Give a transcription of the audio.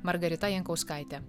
margarita jankauskaite